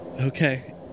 Okay